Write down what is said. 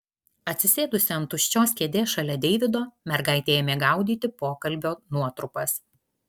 atsisėdusi ant tuščios kėdės šalia deivido mergaitė ėmė gaudyti pokalbio nuotrupas